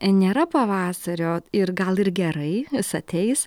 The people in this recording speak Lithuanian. nėra pavasario ir gal ir gerai jis ateis